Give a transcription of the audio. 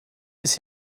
ist